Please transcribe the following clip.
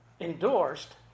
endorsed